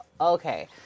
okay